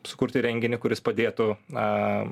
sukurti renginį kuris padėtų a